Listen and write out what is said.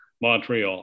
Montreal